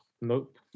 nope